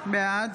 בעד